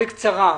בבקשה.